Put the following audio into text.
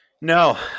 No